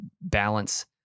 balance